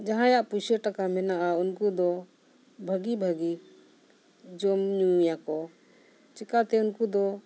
ᱡᱟᱦᱟᱸᱭᱟᱜ ᱯᱚᱭᱥᱟ ᱴᱟᱠᱟ ᱢᱮᱱᱟᱜᱼᱟ ᱩᱱᱠᱩ ᱫᱚ ᱵᱷᱟᱹᱜᱤ ᱵᱷᱟᱹᱜᱤ ᱡᱚᱢ ᱧᱩᱭᱟᱠᱚ ᱪᱤᱠᱟᱹᱛᱮ ᱩᱱᱠᱩ ᱫᱚ